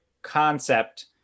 concept